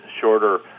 shorter